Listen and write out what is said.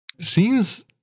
Seems